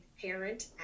parent